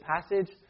passage